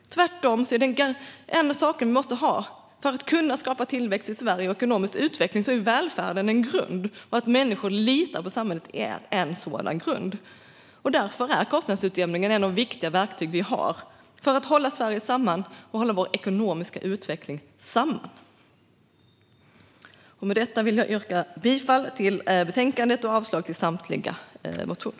Tvärtom är välfärden och att människor litar på samhället en grund för att skapa tillväxt och ekonomisk utveckling i Sverige. Därför är kostnadsutjämningen ett av de viktiga verktygen för att hålla Sverige och vår ekonomiska utveckling samman. Jag yrkar bifall till utskottets förslag och avslag på samtliga reservationer.